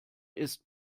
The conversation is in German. ist